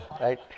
right